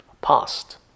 past